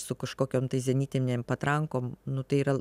su kažkokiom tai zenitinėm patrankom nu tai yra